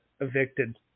evicted